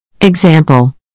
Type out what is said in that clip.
Example